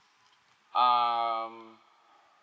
um